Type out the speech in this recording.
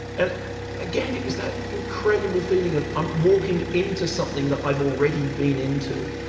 and again, it was that incredible feeling of, i'm walking into something that i've already been into.